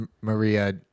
Maria